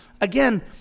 Again